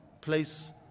place